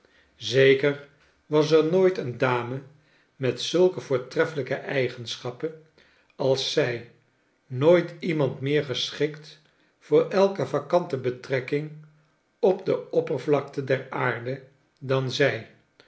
zeker was er nooit een dame met zulke voortreffelijke eigenschappen als zij nooit iemand meer geschikt voor elke vacante betrekking op de optpervlakte der aarde dan zij